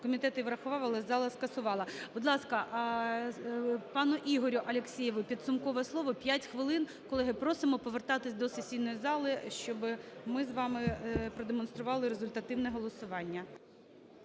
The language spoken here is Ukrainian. комітет її врахував, але зала скасувала. Будь ласка, пану Ігорю Алексєєву підсумкове слово – 5 хвилин. Колеги, просимо повертатися до сесійної зали, щоб ми з вами продемонстрували результативне голосування.